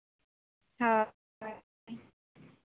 ᱦᱳᱭ